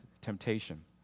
temptation